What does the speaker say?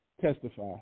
testify